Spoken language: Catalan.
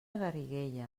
garriguella